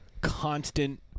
constant